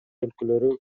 өлкөлөрү